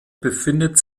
befindet